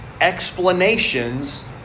explanations